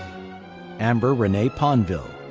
amber renee ponville.